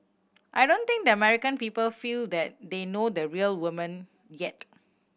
I don't think the American people feel that they know the real woman yet